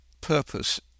purpose